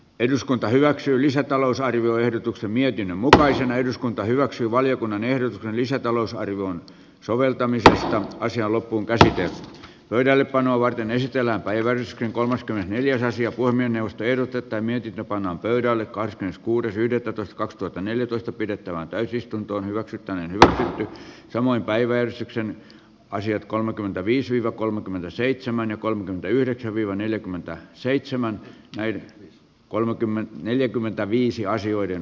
eduskunta hyväksyy lisätalousarvioehdotuksen mietin mutaisen eduskunta hyväksyy valiokunnan ehdokkaan lisätalousarvion soveltamiseen olisi ollut unkari pöydällepanoa varten esitellä everstin kolmas ja neljäs asiat voi mennä ostellut tätä mietitä pannaan pöydälle karstins kuudes yhdettätoista kaksituhattaneljätoista pidettävään täysistunto hyväksyttäneen samoin päiväjärjestykseen asiat kolmekymmentäviisi kolmekymmentäseitsemän ja kolmekymmentäyhdeksän viva neljäkymmentä seitsemän jäi kolmekymmentä neljäkymmentäviisi asioiden